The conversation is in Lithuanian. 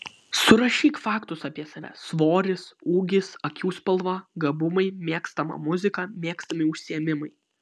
surašyk faktus apie save svoris ūgis akių spalva gabumai mėgstama muzika mėgstami užsiėmimai